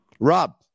Rob